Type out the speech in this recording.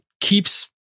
keeps